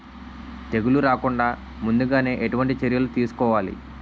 తెగుళ్ల రాకుండ ముందుగానే ఎటువంటి చర్యలు తీసుకోవాలి?